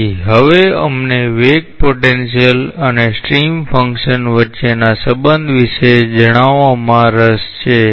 તેથી હવે અમને વેગ પોટેન્શિયલ અને સ્ટ્રીમ ફંક્શન વચ્ચેના સંબંધ વિશે જણાવવામાં રસ છે